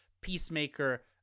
Peacemaker